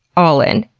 all in.